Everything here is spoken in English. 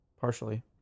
partially